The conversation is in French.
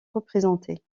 représentées